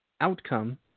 outcome